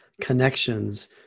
connections